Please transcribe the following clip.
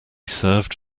served